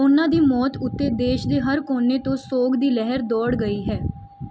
ਉਹਨਾਂ ਦੀ ਮੌਤ ਉੱਤੇ ਦੇਸ਼ ਦੇ ਹਰ ਕੋਨੇ ਤੋਂ ਸੋਗ ਦੀ ਲਹਿਰ ਦੌੜ ਗਈ ਹੈ